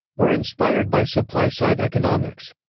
were inspired by supply-side economics.